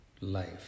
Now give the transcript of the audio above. life